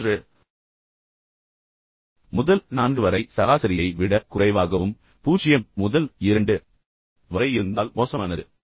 மூன்று முதல் நான்கு வரை சராசரியை விட குறைவாகவும் பூஜ்ஜியம் முதல் இரண்டு வரை இருந்தால் மோசமானது